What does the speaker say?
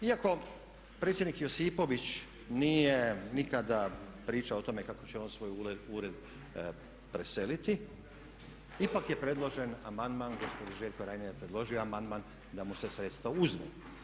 Iako predsjednik Josipović nije nikada pričao o tome kako će on svoj ured preseliti ipak je predložen amandman gospodin Željko Reiner je predložio amandman da mu se sredstva uzmu.